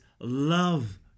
love